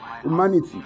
humanity